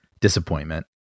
disappointment